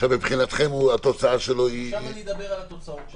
מבחינתכם התוצאה שלו --- עכשיו אני אדבר על התוצאות שלו.